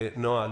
לנעה,